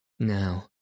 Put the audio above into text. Now